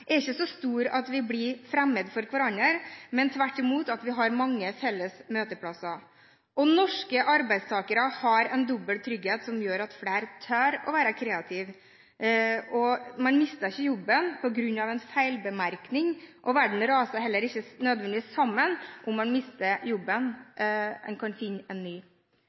er ikke så store at vi blir fremmede for hverandre, men vi har tvert i mot mange felles møteplasser. Og norske arbeidstakere har en dobbel trygghet som gjør at flere tør å være kreative. Man mister ikke jobben på grunn av en feilbemerkning, og verden raser heller ikke nødvendigvis sammen om man mister jobben. Man kan finne en ny.